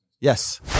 Yes